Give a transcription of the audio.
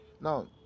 Now